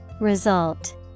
Result